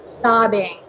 sobbing